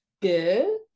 good